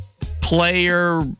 player